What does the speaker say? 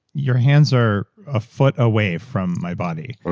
your hands are a foot away from my body.